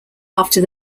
after